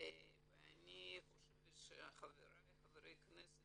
ואני חושבת שחבריי חברי הכנסת